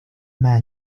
man